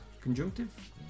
Conjunctive